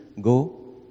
go